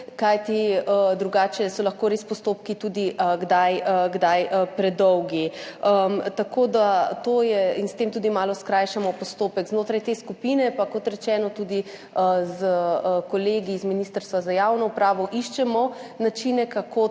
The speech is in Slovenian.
kajti drugače so lahko res postopki kdaj predolgi. Tako da to je in s tem tudi malo skrajšamo postopek. Znotraj te skupine pa, kot rečeno, tudi s kolegi z Ministrstva za javno upravo iščemo načine, kako